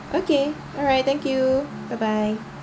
okay alright thank you bye bye